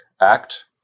act